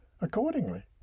accordingly